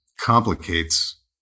complicates